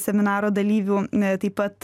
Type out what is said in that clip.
seminaro dalyvių na taip pat